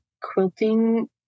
quilting